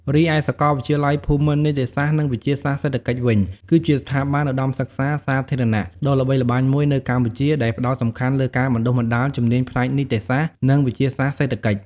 រីឯសាកលវិទ្យាល័យភូមិន្ទនីតិសាស្ត្រ និងវិទ្យាសាស្ត្រសេដ្ឋកិច្ចវិញ គឺជាស្ថាប័នឧត្តមសិក្សាសាធារណៈដ៏ល្បីល្បាញមួយនៅកម្ពុជា ដែលផ្តោតសំខាន់លើការបណ្តុះបណ្តាលជំនាញផ្នែក នីតិសាស្ត្រ និង វិទ្យាសាស្ត្រសេដ្ឋកិច្ច។